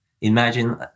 Imagine